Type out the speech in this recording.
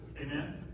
Amen